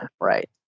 Right